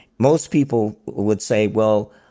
most people would say, well,